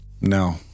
no